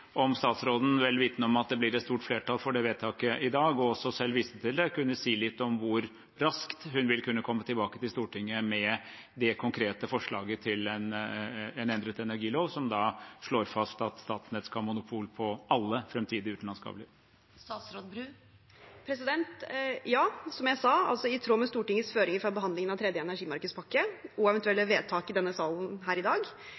om statsråden – vel vitende om at det blir et stort flertall for det vedtaket i dag, og hun viste også selv til det – kunne si litt om hvor raskt hun vil kunne komme tilbake til Stortinget med det konkrete forslaget til en endret energilov, som da slår fast at Statnett skal ha monopol på alle framtidige utenlandskabler. Som jeg sa, i tråd med Stortingets føringer fra behandlingen av tredje energimarkedspakke og eventuelle vedtak i denne salen her i dag